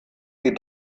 sie